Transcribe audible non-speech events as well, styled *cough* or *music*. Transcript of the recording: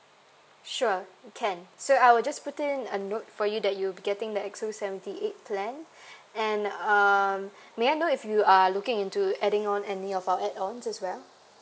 sure can so I will just put in a note for you that you'll be getting the X O seventy eight plan *breath* and um may I know if you are looking into adding on any of our add ons as well